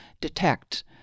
detect